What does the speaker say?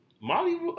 Molly